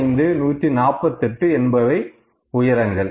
165 148 என்பவை உயரங்கள்